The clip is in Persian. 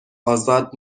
ازاد